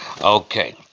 Okay